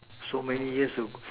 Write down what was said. so many years ago